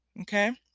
Okay